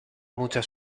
muchas